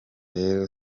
rero